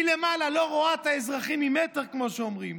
מלמעלה לא רואה את האזרחים ממטר, כמו שאומרים.